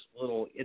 little